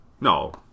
No